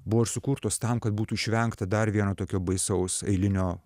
buvo ir sukurtos tam kad būtų išvengta dar vieno tokio baisaus eilinio